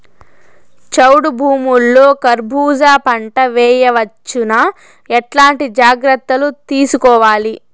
చౌడు భూముల్లో కర్బూజ పంట వేయవచ్చు నా? ఎట్లాంటి జాగ్రత్తలు తీసుకోవాలి?